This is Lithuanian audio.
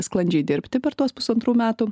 sklandžiai dirbti per tuos pusantrų metų